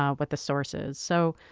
um what the source is. so